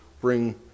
bring